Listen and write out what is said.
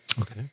Okay